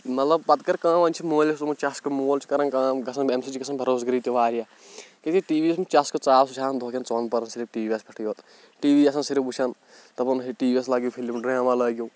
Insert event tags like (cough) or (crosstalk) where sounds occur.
مطلب پَتہٕ کٔر کٲم وۄنۍ چھِ مٲلِس لوٚگمُت چَسکہٕ مول چھُ کَران کٲم گژھان اَمہِ سۭتۍ چھِ گژھان بیروزگٲری تہِ واریاہ ٹی (unintelligible) چَسکہٕ ژاو سُہ چھُ آسان دُہکٮ۪ن ژوٚن پَہرَن صرف ٹی وِیَس پٮ۪ٹھٕے یوت ٹی وی آسان صرف وٕچھان دَپان ہے ٹی وِیَس لٲگِو فِلِم ڈرٛامہ لٲگِو